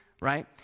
right